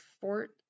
Fort